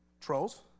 Trolls